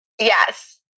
Yes